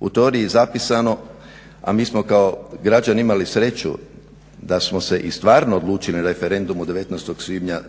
U teoriji je zapisano a mi smo kao građani imali sreću da smo se i stvarno odlučili na referendum 19. svibnja